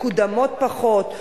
מקודמות פחות,